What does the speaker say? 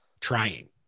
trying